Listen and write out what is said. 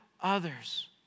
others